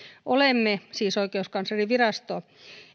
olemme siis oikeuskanslerinvirasto